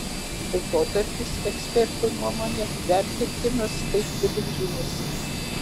laikotarpis ekspertų nuomone vertintinas kaip vidutinis